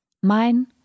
mein